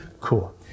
cool